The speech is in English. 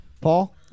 Paul